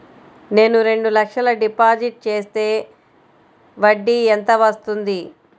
నేను రెండు లక్షల డిపాజిట్ చేస్తే వడ్డీ ఎంత వస్తుంది?